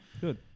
Good